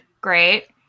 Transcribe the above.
Great